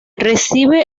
recibe